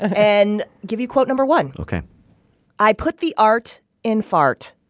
and give you a quote number one ok i put the art in fart.